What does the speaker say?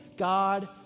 God